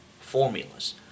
formulas